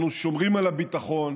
אנו שומרים על הביטחון,